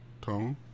tone